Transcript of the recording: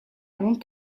long